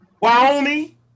Wyoming